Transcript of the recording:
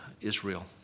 Israel